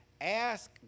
ask